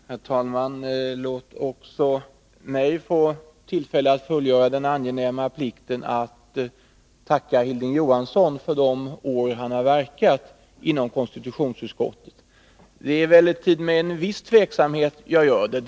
Herr talman! Låt också mig få tillfälle att fullgöra den angenäma plikten att tacka Hilding Johansson för de år han har verkat inom konstitutionsutskottet! Det är emellertid med en viss tveksamhet jag gör det.